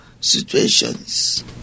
situations